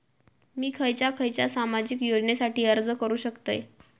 मी खयच्या खयच्या सामाजिक योजनेसाठी अर्ज करू शकतय?